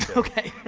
okay.